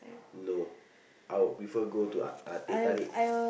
no I would prefer go to uh teh-tarik